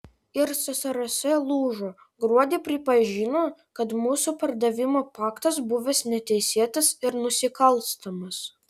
ir ssrs lūžo gruodį pripažino kad mūsų pardavimo paktas buvęs neteisėtas ir nusikalstamas